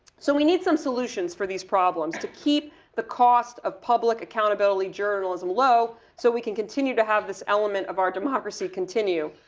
so we need some solutions for these problems to keep the cost of public accountability journalism low, so we can continue to have this element of our democracy continue.